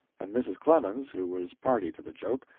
and mrs. clemens, who was party to the joke,